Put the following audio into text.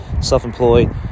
self-employed